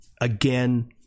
again